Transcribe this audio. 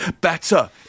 Better